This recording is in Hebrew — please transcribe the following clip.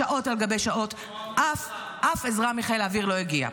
שעות על גבי שעות אף עזרה מחיל האוויר לא הגיע.